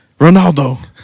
Ronaldo